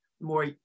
more